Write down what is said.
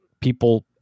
people